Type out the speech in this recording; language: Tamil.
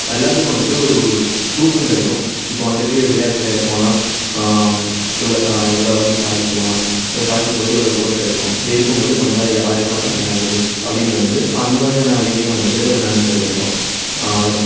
எல்லாத்துக்கும் வந்துட்டு ஒரு ஊக்கம் கிடைக்கும் இப்போ வந்துட்டு விளையாட்டு துறையில் போனால் இவ்வளோ இவ்வளோ வந்து சாதிக்கலாம் இவ்வளோ சாதிக்கும்போது இவ்வளோ புகழ் கிடைக்கும் இப்படி இருக்கும்போது நம்மளால் யாருக்கெலாம் பயன் ஆகுது அப்படின்னு வந்து அந்தமாதிரியான வழியிலையும் வந்துட்டு நன்மைகள் கிடைக்கும்